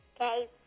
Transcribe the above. Okay